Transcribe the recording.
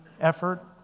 effort